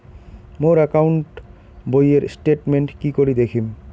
মোর account বইয়ের statement কি করি দেখিম?